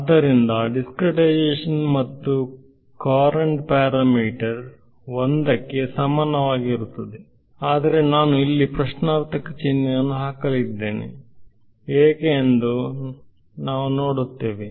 ಆದ್ದರಿಂದ ದಿಸ್ಕ್ರೇಟೈಸೇಶನ್ ಮತ್ತು Courant parameter 1 ಕ್ಕೆ ಸಮಾನವಾಗಿರುತ್ತದೆ ಆದರೆ ನಾನು ಇಲ್ಲಿ ಪ್ರಶ್ನಾರ್ಥಕ ಚಿಹ್ನೆಯನ್ನು ಹಾಕಲಿದ್ದೇನೆ ಏಕೆ ಎಂದು ನಾವು ಬರುತ್ತೇವೆ